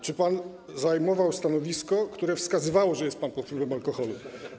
czy że pan zajmował stanowisko, które wskazywało, że jest pan pod wpływem alkoholu.